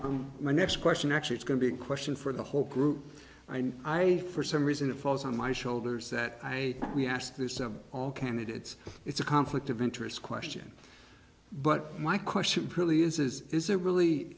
what my next question actually is going to be a question for the whole group and i for some reason it falls on my shoulders that i asked this of all candidates it's a conflict of interest question but my question probably is is this a really